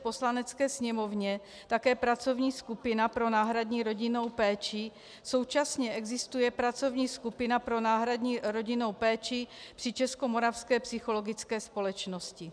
Poslanecké sněmovně také pracovní skupina pro náhradní rodinnou péči, současně existuje pracovní skupina pro náhradní rodinnou péči při Českomoravské psychologické společnosti.